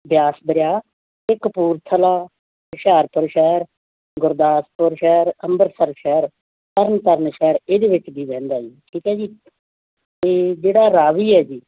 ਬਿਆਸ ਦਰਿਆ ਇਹ ਕਪੂਰਥਲਾ ਹੁਸ਼ਿਆਰਪੁਰ ਸ਼ਹਿਰ ਗੁਰਦਾਸਪੁਰ ਸ਼ਹਿਰ ਅੰਮ੍ਰਿਤਸਰ ਸ਼ਹਿਰ ਤਰਨਤਾਰਨ ਸ਼ਹਿਰ ਇਹਦੇ ਵਿੱਚ ਵੀ ਵਹਿੰਦਾ ਜੀ ਠੀਕ ਹੈ ਜੀ ਅਤੇ ਜਿਹੜਾ ਰਾਵੀ ਹੈ ਜੀ